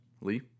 Lee